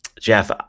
Jeff